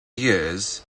years